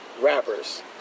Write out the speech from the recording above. rappers